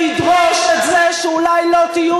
ולהגיד: אני יודע שהסדר ידרוש את זה שאולי לא תהיו